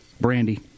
brandy